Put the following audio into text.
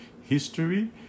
history